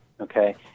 okay